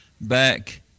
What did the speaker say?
back